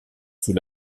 sous